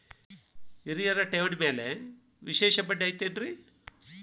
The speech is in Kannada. ಹಿರಿಯರ ಠೇವಣಿ ಮ್ಯಾಲೆ ವಿಶೇಷ ಬಡ್ಡಿ ಐತೇನ್ರಿ?